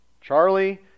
Charlie